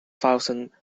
thousand